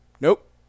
Nope